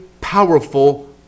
powerful